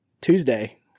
Tuesday